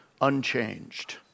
unchanged